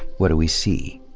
what do we see?